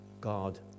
God